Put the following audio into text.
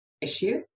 issue